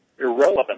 irrelevant